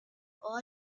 all